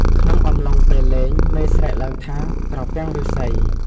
ក្នុងអំឡុងពេលលេង មេស្រែកឡើងថា "ត្រពាំងឬស្សី "។